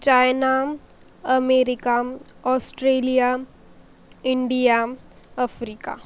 China America Australia India Africa